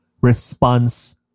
response